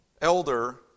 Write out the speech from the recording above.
elder